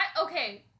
Okay